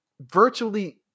virtually